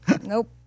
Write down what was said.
Nope